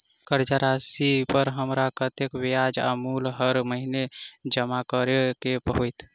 कर्जा राशि पर हमरा कत्तेक ब्याज आ मूल हर महीने जमा करऽ कऽ हेतै?